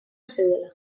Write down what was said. zeudela